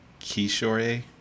Kishore